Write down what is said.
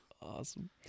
awesome